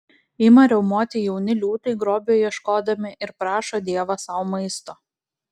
ima riaumoti jauni liūtai grobio ieškodami ir prašo dievą sau maisto